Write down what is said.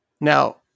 Now